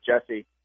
Jesse